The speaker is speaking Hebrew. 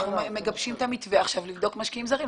אנחנו מגבשים את המתווה של בדיקת משקיעים זרים.